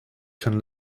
can